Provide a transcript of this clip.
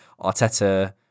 Arteta